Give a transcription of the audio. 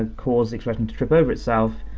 ah cause xpression to trip over itself,